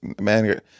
man